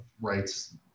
rights